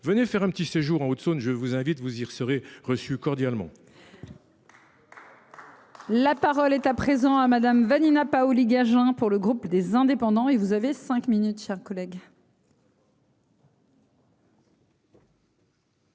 Venez faire un petit séjour en Haute-Saône. Je vous invite vous seraient reçus cordialement. La parole est à présent à Madame Vanina Paoli-Gagin pour le groupe des Indépendants et vous avez 5 minutes, chers collègues.